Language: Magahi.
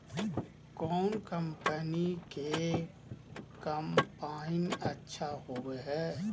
कौन कंपनी के कम्बाइन अच्छा होबो हइ?